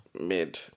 Mid